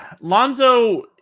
Lonzo